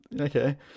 Okay